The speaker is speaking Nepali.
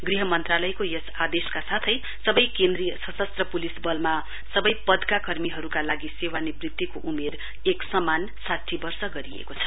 गृहमन्त्रालयको यस आदेशका साथै सबै केन्द्रीय सशस्त्र पुलिस बलमा सबै पदका कर्मीहरूका लागि सेवानिवृत्तिको उमेर एक समान साठी वर्ष गरिएको छ